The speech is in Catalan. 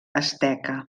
asteca